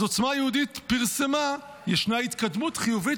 אז עוצמה יהודית פרסמה: "ישנה התקדמות חיובית